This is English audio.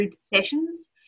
sessions